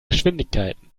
geschwindigkeiten